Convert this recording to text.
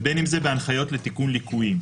ובין אם זה בהנחיות לתיקון ליקויים.